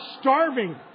starving